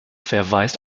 verweist